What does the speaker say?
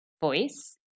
voice